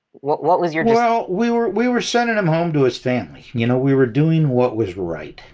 what what was your, well, we were we were sending him home to his family. you know, we were doing what was right.